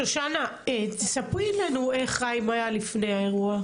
שושנה, תספרי לנו איך חיים היה לפני האירוע?